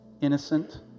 innocent